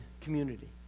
community